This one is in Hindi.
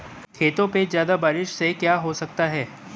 खेतों पे ज्यादा बारिश से क्या हो सकता है?